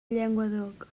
llenguadoc